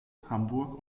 hamburg